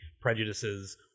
prejudices